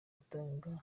ubutungane